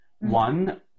One